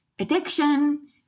addiction